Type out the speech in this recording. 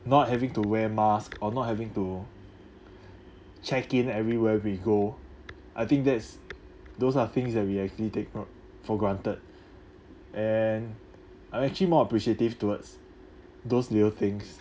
not having to wear masks or not having to check in everywhere we go I think that's those are things that we actually take for granted and I'm actually more appreciative towards those little things